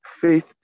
faith